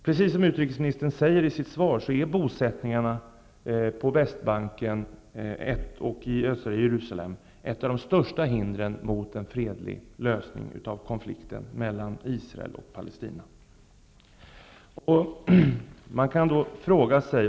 Precis som utrikesministern säger i sitt svar är bosättningarna på Västbanken och i östra Jerusalem ett av de största hindren mot en fredlig lösning av konflikten mellan Israel och palestinierna.